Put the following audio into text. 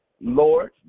Lord